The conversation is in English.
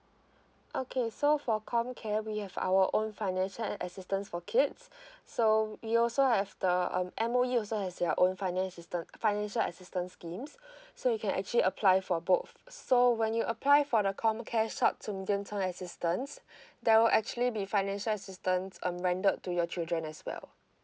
okay so for comcare we have our own financial assistance for kids so we also have the um M_O_E also has their own finance system financial assistance schemes so you can actually apply for both so when you apply for the comcare short to medium term assistance there will actually be financial assistance um rendered to your children as well